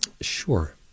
Sure